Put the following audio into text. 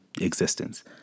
existence